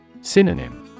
Synonym